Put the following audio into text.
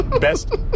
Best